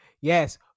Yes